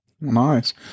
Nice